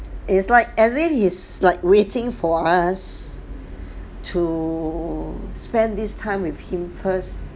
it's like as if he is like waiting for us to spend this time with him first